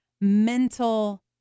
mental